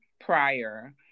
prior